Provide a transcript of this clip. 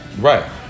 Right